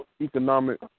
economic